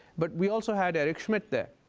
but we also had eric schmidt there.